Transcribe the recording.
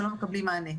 שלא מקבלים את המענה.